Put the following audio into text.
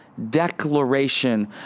declaration